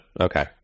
okay